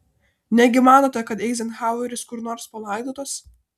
negi manote kad eizenhaueris kur nors palaidotas